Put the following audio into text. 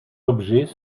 objets